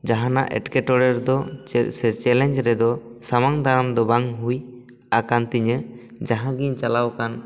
ᱡᱟᱦᱟᱱᱟᱜ ᱮᱴᱠᱮᱴᱚᱲᱮ ᱨᱮᱫᱚ ᱥᱮ ᱪᱮᱞᱮᱧ ᱨᱮᱫᱚ ᱥᱟᱢᱟᱝ ᱫᱟᱨᱟᱢ ᱫᱚ ᱵᱟᱝ ᱦᱩᱭ ᱟᱠᱟᱱ ᱛᱤᱧᱟᱹ ᱡᱟᱦᱟᱸ ᱜᱮᱧ ᱪᱟᱞᱟᱣ ᱟᱠᱟᱱ